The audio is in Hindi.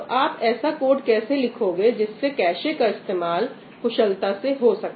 तो आप ऐसा कोड कैसे लिखेंगे जिससे कैशे का इस्तेमाल कुशलता से हो सके